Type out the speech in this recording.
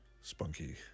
Spunky